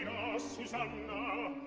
susanna know.